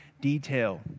detail